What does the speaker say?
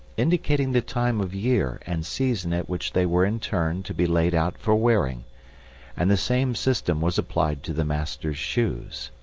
indicating the time of year and season at which they were in turn to be laid out for wearing and the same system was applied to the master's shoes.